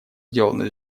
сделан